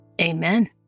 Amen